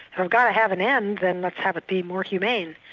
if i've got to have an end, then let's have it be more humane.